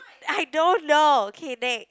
I don't know okay next